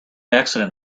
accident